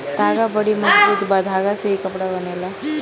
धागा बड़ी मजबूत बा धागा से ही कपड़ा बनेला